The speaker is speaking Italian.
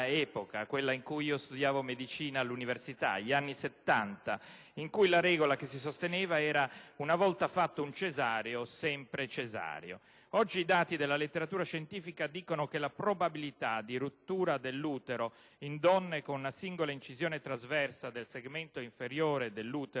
quella in cui io studiavo medicina all'università, gli anni Settanta, in cui la regola che si sosteneva era «una volta fatto un cesareo, sempre cesareo». Oggi i dati della letteratura scientifica dicono che la probabilità di rottura dell'utero in donne con una singola incisione trasversa del segmento inferiore dell'utero